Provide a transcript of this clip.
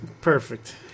Perfect